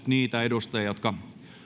niitä edustajia jotka